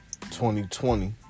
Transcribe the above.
2020